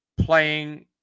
playing